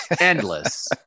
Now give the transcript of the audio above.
endless